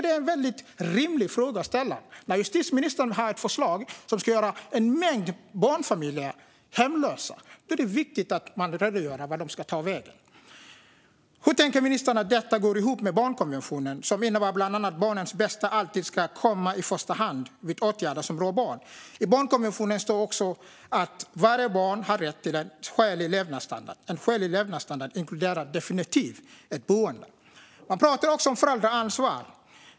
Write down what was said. Det är en rimlig fråga att ställa, när justitieministern lägger fram förslag som kommer att göra en mängd barnfamiljer hemlösa. Då är det viktigt att redogöra för var de ska ta vägen. Hur tänker ministern att detta går ihop med barnkonventionen, som bland annat innebär att barnens bästa alltid ska komma i första hand vid åtgärder som rör barn? I barnkonventionen står det också att varje barn har rätt till en skälig levnadsstandard. En skälig levnadsstandard inkluderar definitivt ett boende. Man pratar också om föräldraansvar.